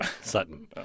Sutton